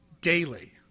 daily